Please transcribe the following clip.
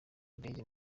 indege